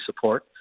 support